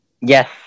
Yes